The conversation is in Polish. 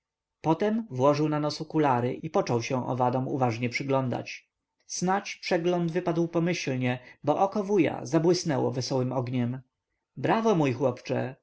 potem włożył na nos okulary i począł się owadom uważnie przyglądać snadź przegląd wypadł pomyślnie bo oko wuja zabłysnęło wesołym ogniem brawo mój chłopcze